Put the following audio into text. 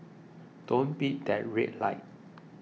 don't beat that red light